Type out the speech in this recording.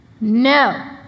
No